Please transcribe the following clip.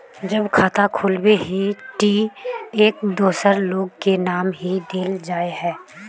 जब खाता खोलबे ही टी एक दोसर लोग के नाम की देल जाए है?